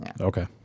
Okay